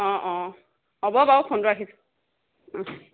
অঁ অঁ হ'ব বাৰু ফোনটো ৰাখিছোঁ